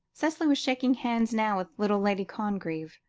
cicely was shaking hands now with little lady congreve,